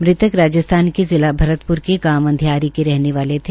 मृतक राजस्थान के जिला भरतपुर के गांव अंधेयारी के रहने वाले थो